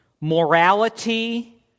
morality